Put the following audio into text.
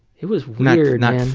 it was weird, man.